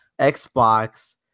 Xbox